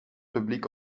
publiek